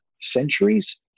centuries